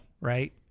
right